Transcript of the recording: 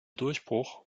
durchbruch